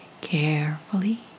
carefully